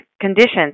conditions